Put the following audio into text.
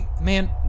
Man